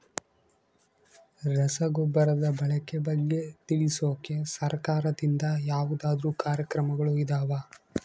ರಸಗೊಬ್ಬರದ ಬಳಕೆ ಬಗ್ಗೆ ತಿಳಿಸೊಕೆ ಸರಕಾರದಿಂದ ಯಾವದಾದ್ರು ಕಾರ್ಯಕ್ರಮಗಳು ಇದಾವ?